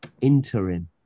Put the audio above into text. interim